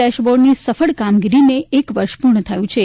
ડેશબોર્ડની સફળ કામગીરીને એક વર્ષ પૂર્ણ થયું છે